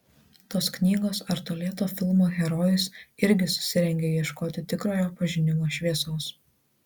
tos knygos ar to lėto filmo herojus irgi susirengia ieškoti tikrojo pažinimo šviesos